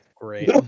great